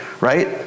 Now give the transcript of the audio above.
right